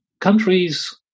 Countries